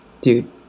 dude